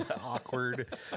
Awkward